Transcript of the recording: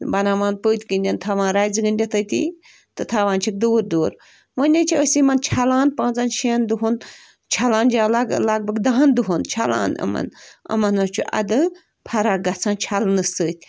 بَناوان پٔتۍ کِنٮ۪ن تھاوان رَزِ گٔنٛڈِتھ تٔتی تہٕ تھاوان چھِکھ دوٗر دوٗر وۄنۍ حظ چھِ أسۍ یِمَن چھَلان پانٛژَن شٮ۪ن دوٚہَن چھَلان لَگ بَگ دَہَن دوٚہَن چھَلان یِمَن یِمَن حظ چھُ اَدٕ فرق گژھان چھَلنہٕ سۭتۍ